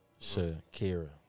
Shakira